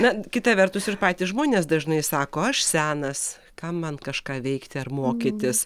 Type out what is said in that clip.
na kita vertus ir patys žmonės dažnai sako aš senas kam man kažką veikti ar mokytis